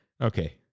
Okay